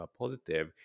positive